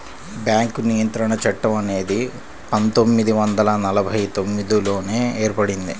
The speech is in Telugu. బ్యేంకు నియంత్రణ చట్టం అనేది పందొమ్మిది వందల నలభై తొమ్మిదిలోనే ఏర్పడింది